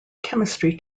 chemistry